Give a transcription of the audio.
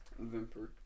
vimper